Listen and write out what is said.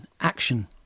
action